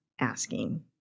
asking